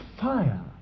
fire